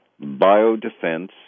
biodefense